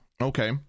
Okay